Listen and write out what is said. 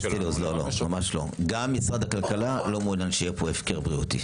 גם משרד הכללה לא מעוניין שיהיה פה הפקר כלכלי.